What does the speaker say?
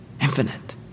Infinite